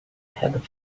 had